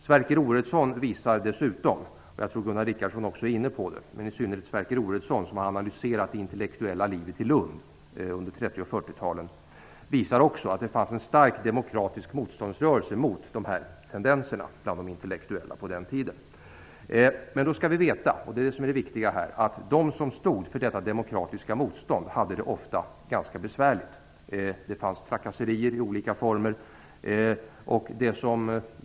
Sverker Oredsson, som har analyserat det intellektuella livet i Lund under 30 och 40-talen, visar dessutom - jag tror att Gunnar Richardson också är inne på det - att det fanns en stark demokratisk motståndsrörelse mot de här tendenserna bland de intellektuella på den tiden. Men då skall vi veta - det är det viktiga - att de som stod för detta demokratiska motstånd ofta hade det ganska besvärligt. Det fanns trakasserier i olika former.